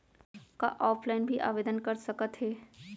का ऑफलाइन भी आवदेन कर सकत हे?